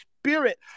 spirit